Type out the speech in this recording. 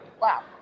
Wow